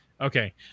Okay